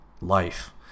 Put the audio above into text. life